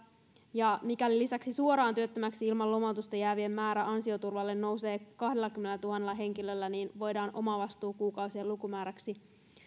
ja mikäli lisäksi suoraan työttömäksi ilman lomautusta jäävien määrä ansioturvalle nousee kahdellakymmenellätuhannella henkilöllä voidaan omavastuukuukausien lukumääräksi